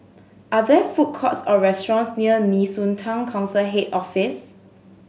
are there food courts or restaurants near Nee Soon Town Council Head Office